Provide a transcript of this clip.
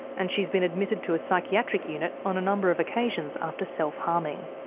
and she's been admitted to a psychiatric unit on a number of occasions after self-harming.